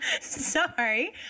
Sorry